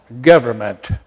government